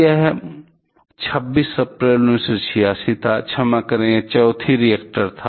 यह 26 अप्रैल 1986 था क्षमा करें यह चौथी रिएक्टर था